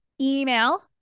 email